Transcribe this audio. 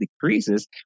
decreases